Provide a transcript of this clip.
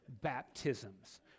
baptisms